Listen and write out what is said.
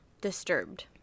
Disturbed